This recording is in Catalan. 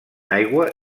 aigua